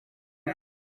uyu